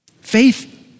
Faith